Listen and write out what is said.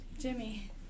Jimmy